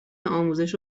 آموزش